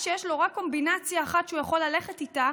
כשיש לו רק קומבינציה אחת שהוא יכול ללכת איתה,